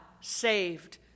saved